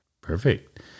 Perfect